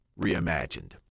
Reimagined